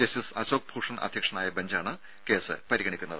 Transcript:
justice Ashok Bhushan അധ്യക്ഷനായ ബെഞ്ചാണ് case പരിഗണിക്കുന്നത്